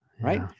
Right